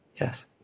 Yes